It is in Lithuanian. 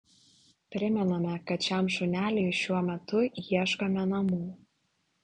primename kad šiam šuneliui šiuo metu ieškome namų